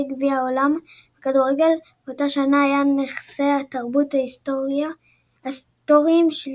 גביע העולם בכדורגל באותה שנה את נכסי התרבות ההיסטוריים של גרמניה,